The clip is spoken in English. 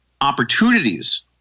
opportunities